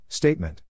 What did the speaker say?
Statement